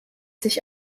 sich